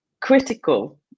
critical